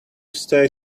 stay